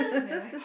never